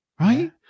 right